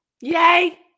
yay